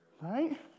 Right